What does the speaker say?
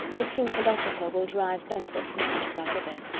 the true philosopher will derive benefit from such as are given.